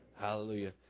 Hallelujah